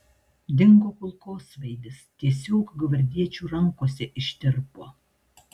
dingo kulkosvaidis tiesiog gvardiečių rankose ištirpo